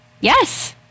Yes